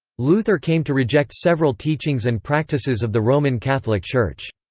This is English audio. luther came to reject several teachings and practices of the roman catholic church.